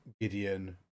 Gideon